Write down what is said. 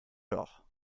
doch